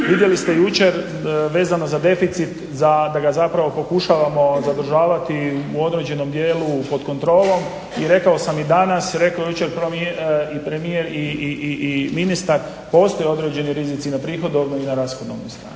Vidjeli ste jučer vezano za deficit da ga zapravo pokušavamo zadržavati u određenom dijelu pod kontrolom i rekao sam i danas, rekao je jučer i premijer i ministar postoje određeni rizici na prihodovnoj i na rashodovnoj strani.